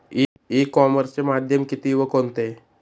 E कॉमर्सचे माध्यम किती व कोणते?